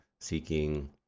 seeking